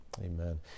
Amen